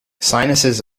sinuses